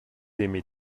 aimez